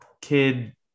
kid